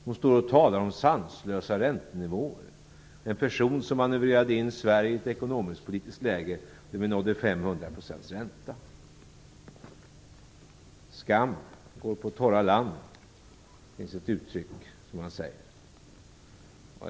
Hon talar om sanslösa räntenivåer - en person som manövrerade in Sverige i ett ekonomisk-politiskt läge där vi nådde 500 % ränta. Skam går på torra land - det finns ju ett sådant uttryck.